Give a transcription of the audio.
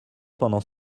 pendant